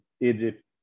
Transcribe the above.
Egypt